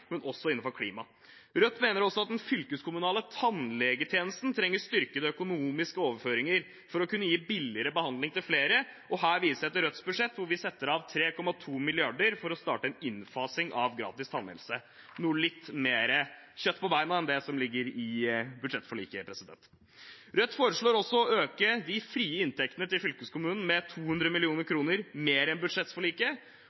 også innenfor klima. Rødt mener også at den fylkeskommunale tannlegetjenesten trenger styrkede økonomiske overføringer for å kunne gi billigere behandling til flere. Her viser jeg til Rødts budsjett, hvor vi setter av 3,2 mrd. kr for å starte en innfasing av gratis tannhelse – litt mer kjøtt på beina enn det som ligger i budsjettforliket. Rødt foreslår også å øke de frie inntektene til fylkeskommunen med 200